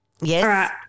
Yes